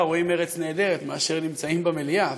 ורואים "ארץ נהדרת" מאשר נמצאים במליאה,